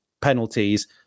penalties